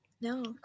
No